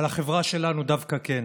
אבל החברה שלנו דווקא כן.